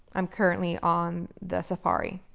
i'm currently on the safari.